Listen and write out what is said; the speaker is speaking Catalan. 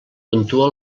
puntua